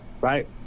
right